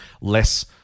less